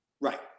Right